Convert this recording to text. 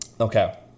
Okay